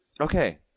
Okay